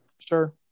sure